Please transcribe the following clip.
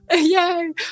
yay